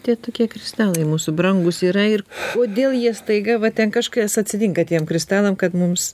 tie tokie kristalai mūsų brangūs yra ir kodėl jie staiga va ten kažkas atsitinka tiem kristalams kad mums